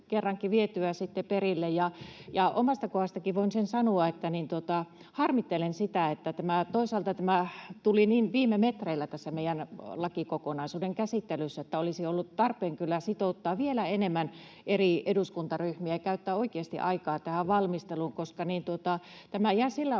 kerrankin vietyä perille. Omasta kohdastanikin voin sen sanoa, että harmittelen sitä, että toisaalta tämä tuli niin viime metreillä tässä meidän lakikokonaisuuden käsittelyssä, että olisi ollut tarpeen kyllä sitouttaa vielä enemmän eri eduskuntaryhmiä ja käyttää oikeasti aikaa tähän valmisteluun, koska tämä jää siltä osin